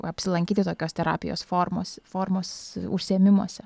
apsilankyti tokios terapijos formos formos užsiėmimuose